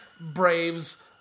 Braves